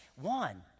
one